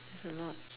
it's a lot